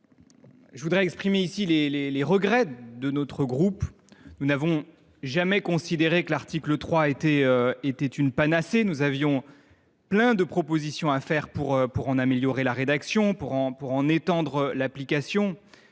moi d’exprimer les regrets du groupe CRCE K. Nous n’avons jamais considéré que l’article 3 était une panacée. Nous avions plein de propositions à formuler pour en améliorer la rédaction et en étendre l’application.